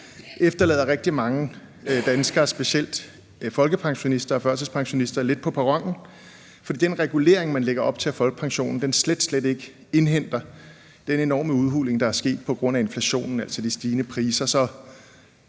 efterlader rigtig mange danskere, specielt folkepensionister og førtidspensionister, lidt på perronen, fordi den regulering af folkepensionen, man lægger op til, slet slet ikke indhenter den enorme udhuling, der er sket på grund af inflationen, altså de stigende priser,